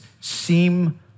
seem